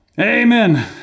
Amen